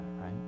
right